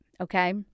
Okay